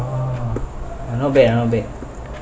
ah not bad not bad